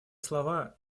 слова